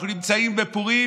כשאנחנו נמצאים בפורים?